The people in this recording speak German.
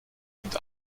und